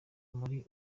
muri